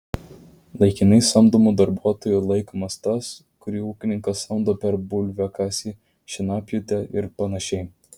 laikinai samdomu darbuotoju laikomas tas kurį ūkininkas samdo per bulviakasį šienapjūtę ir panašiai